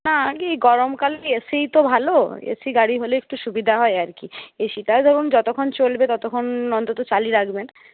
না আর কি গরমকালে এসিই তো ভালো এসি গাড়ি হলে একটু সুবিধা হয় আর কি এসিটাও ধরুন যতক্ষণ চলবে ততক্ষণ অন্তত চালিয়ে রাখবেন